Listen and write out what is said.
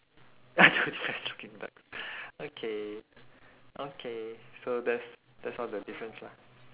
two depressed looking ducks okay okay so that's that's all the difference lah